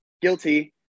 guilty